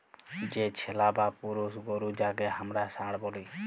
যে ছেলা বা পুরুষ গরু যাঁকে হামরা ষাঁড় ব্যলি